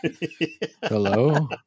Hello